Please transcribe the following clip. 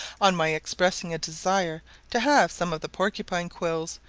on my expressing a desire to have some of the porcupine-quills,